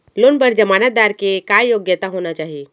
Loan बर जमानतदार के का योग्यता होना चाही?